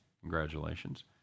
congratulations